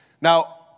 Now